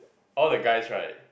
all the guys right